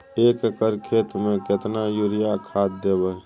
एक एकर खेत मे केतना यूरिया खाद दैबे?